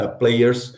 players